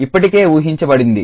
ఇప్పటికే ఊహించబడింది